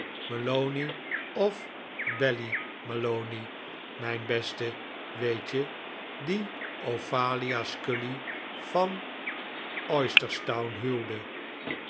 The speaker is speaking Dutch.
of ballymalony mijn beste weet je die ophalia scully van oystherstown huwde